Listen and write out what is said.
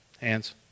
Hands